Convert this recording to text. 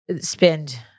spend